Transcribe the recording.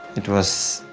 it was,